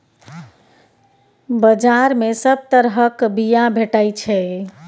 बजार मे सब तरहक बीया भेटै छै